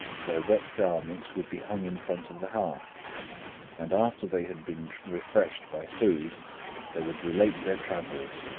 their wet garments would be hung in front of the hearth and after they had been refreshed by food they would relate their travels,